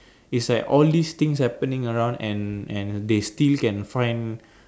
it's like all these things happening around and and they still can find